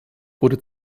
wurde